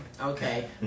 Okay